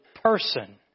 person